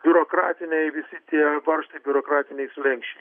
biurokratiniai visi tie varžtai biurokratiniai slenksčiai